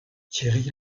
thierry